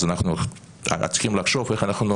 אז צריכים לחשוב איך אנחנו